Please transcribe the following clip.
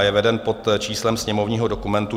Je veden pod číslem sněmovního dokumentu 2490.